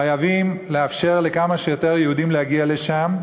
חייבים לאפשר לכמה שיותר יהודים להגיע לשם,